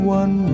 one